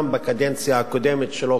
גם בקדנציה הקודמת שלו,